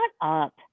up